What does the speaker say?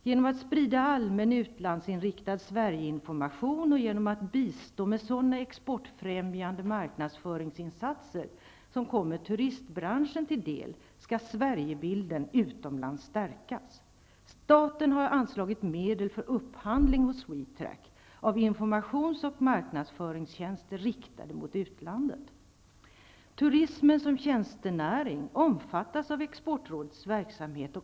Genom att sprida allmän utlandsinriktad Sverigeinformation och genom att bistå med sådana exportfrämjande marknadsföringsinsatser som kommer turistbranschen till del skall Sverigebilden utomlands stärkas. Staten har anslagit medel för upphandling hos Turismen som tjänstenäring omfattas av exportrådets verksamhet.